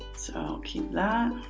so keep that